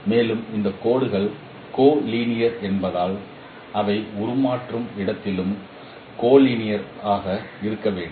மேலும் அந்த கோடுகள் கோலைனியர் என்பதால் அவை உருமாறும் இடத்திலும் கோலைனியர் ஆக இருக்க வேண்டும்